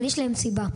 אבל יש להן סיבה,